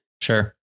Sure